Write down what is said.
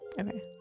Okay